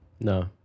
No